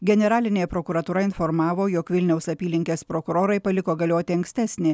generalinė prokuratūra informavo jog vilniaus apylinkės prokurorai paliko galioti ankstesnį